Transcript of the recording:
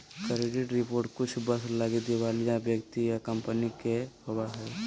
credit report कुछ वर्ष लगी दिवालिया व्यक्ति या कंपनी के हो जा हइ